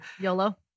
YOLO